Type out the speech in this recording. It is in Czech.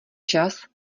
čas